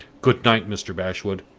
goodnight, mr. bashwood!